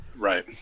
right